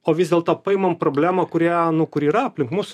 o vis dėlto paimam problemą kurią nu kuri yra aplink mus